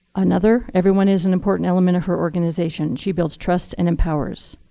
another everyone is an important element of her organization. she builds trust and empowers.